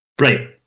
Right